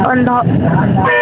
ಒಂದು